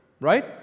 right